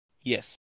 Yes